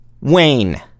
Wayne